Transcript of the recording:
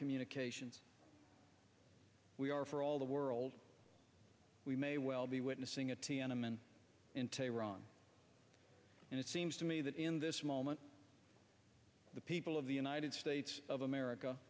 communications we are for all the world we may well be witnessing at tiananmen in tehran and it seems to me that in this moment the people of the united states of america